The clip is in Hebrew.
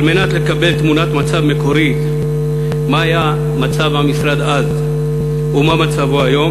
על מנת לקבל תמונת מצב מקורית מה היה מצב המשרד אז ומה מצבו היום,